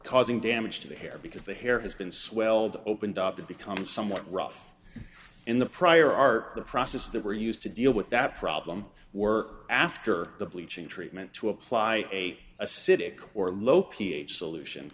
causing damage to the hair because the hair has been swelled opened up to become somewhat rough in the prior art the process that were used to deal with that problem work after the bleaching treatment to apply a acidic or low p h solution